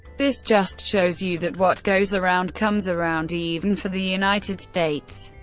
this just shows you, that what goes around, comes around even for the united states.